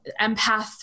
empath